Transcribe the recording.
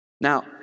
Now